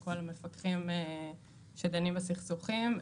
כל המפקחים שדנים בסכסוכים,